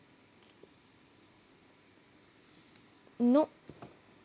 nope